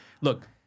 look